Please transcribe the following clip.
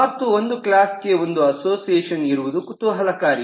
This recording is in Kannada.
ಮತ್ತು ಒಂದು ಕ್ಲಾಸಿಗೆ ಒಂದು ಅಸೋಸಿಯೇಷನ್ ಇರುವುದು ಕುತುಹಲಕಾರಿ